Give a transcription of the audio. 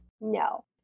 No